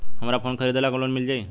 हमरा फोन खरीदे ला लोन मिल जायी?